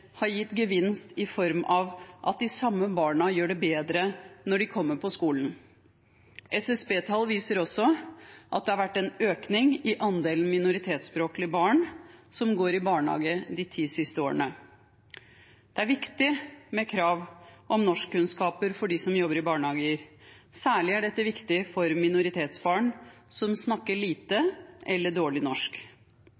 har gitt gevinst i form av at de samme barna gjør det bedre når de kommer på skolen. SSB-tall viser at det også har vært en økning i andelen minoritetsspråklige barn som går i barnehage, de ti siste årene. Det er viktig med krav om norskkunnskaper for dem som jobber i barnehage. Særlig er dette viktig for minoritetsbarn som snakker lite